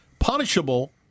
Punishable